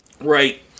Right